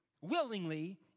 willingly